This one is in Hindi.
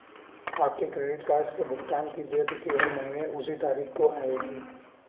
आपके क्रेडिट कार्ड से भुगतान की देय तिथि हर महीने उसी तारीख को आएगी